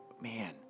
man